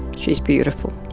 she is beautiful,